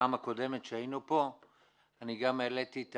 שבפעם הקודמת שהיינו פה אני גם העליתי את